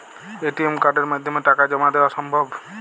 ATM কার্ডের মাধ্যমে টাকা জমা দেওয়া সম্ভব?